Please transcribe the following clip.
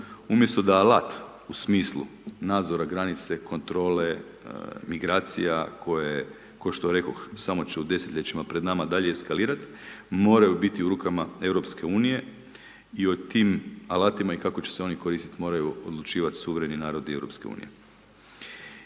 umjesto da alat u smislu nadzora granice, kontrole migracije kao što rekoh, samo ću u desetljećima pred nama dalje eskalirati, moraju biti u rukama Europske unije i o tim alatima i kako će se oni koristiti moraju odlučivati suvereni narodi Europske unije.